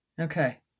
Okay